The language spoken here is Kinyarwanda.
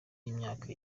y’imyaka